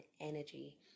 energy